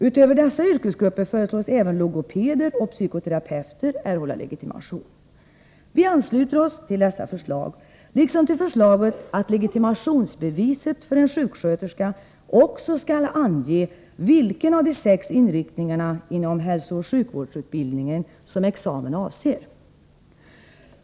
Utöver dessa yrkesgrupper föreslås även logopeder och psykoterapeuter erhålla legitimation. Vi ansluter oss till dessa förslag liksom till förslaget att legitimationsbeviset för en sjuksköterska också skall ange vilken av de sex inriktningarna inom hälsooch sjukvårdsutbildningen som examen avser.